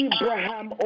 Abraham